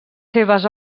seves